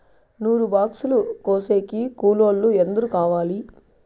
నూరు బాక్సులు కోసేకి కూలోల్లు ఎందరు కావాలి?